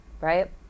right